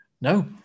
No